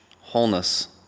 wholeness